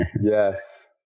Yes